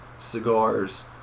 cigars